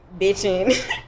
bitching